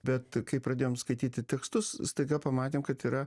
bet kai pradėjom skaityti tekstus staiga pamatėm kad yra